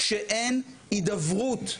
כשאין הידברות,